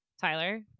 Tyler